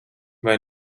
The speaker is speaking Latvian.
vai